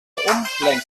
umlenkrolle